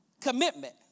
commitment